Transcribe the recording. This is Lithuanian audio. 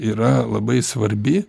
yra labai svarbi